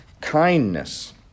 kindness